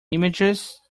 images